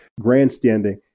grandstanding